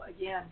again